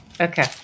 Okay